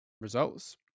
results